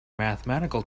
mathematical